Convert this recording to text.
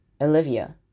Olivia